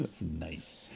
Nice